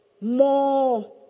more